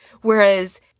whereas